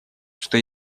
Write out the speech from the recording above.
что